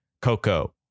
Coco